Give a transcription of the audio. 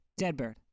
Deadbird